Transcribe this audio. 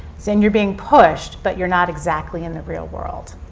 so and you're being pushed but you're not exactly in the real world.